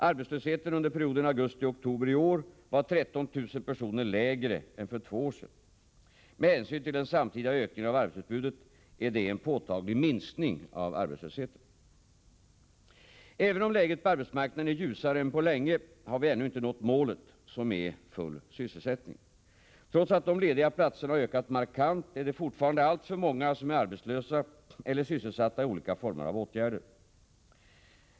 Arbetslösheten under perioden augusti-oktober i år var 13 000 personer lägre än för två år sedan. Med hänsyn till den samtidiga ökningen av arbetsutbudet är detta en påtaglig minskning av arbetslösheten. Även om läget på arbetsmarknaden är ljusare än på länge har vi ännu inte nått målet, som är full sysselsättning. Trots att de lediga platserna har ökat markant är det fortfarande alltför många som är arbetslösa eller sysselsatta i olika former av åtgärder.